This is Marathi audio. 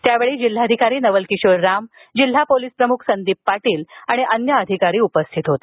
त्यावेळी जिल्हाधिकारी नवल किशोर राम जिल्हा पोलीस प्रमुख संदीप पाटील आणि अन्य अधिकारी उपस्थित होते